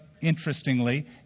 interestingly